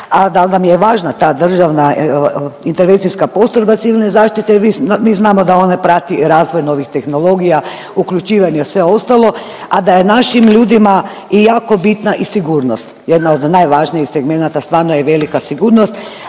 a dal nam je važna ta državna intervencijska postrojba civilne zaštite, vi, mi znamo da ona prati razvoj novih tehnologija, uključivanja u sve ostalo, a da je našim ljudima i jako bitna i sigurnost jedna od najvažnijih segmenata stvarno je velika sigurnost.